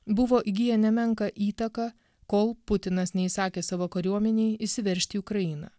buvo įgiję nemenką įtaką kol putinas neįsakė savo kariuomenei įsiveržti į ukrainą